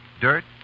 dirt